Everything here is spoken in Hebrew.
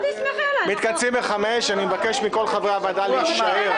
אני מבקש מכל חברי הוועדה להישאר.